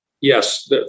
yes